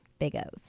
bigos